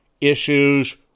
issues